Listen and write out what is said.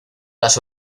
las